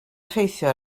effeithio